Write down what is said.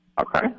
Okay